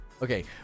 Okay